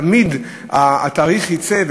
תמיד התאריך יצא,